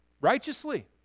Righteously